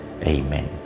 Amen